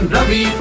Ravi